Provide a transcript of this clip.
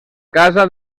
casa